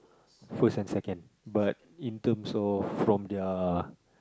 first and second but in terms of from their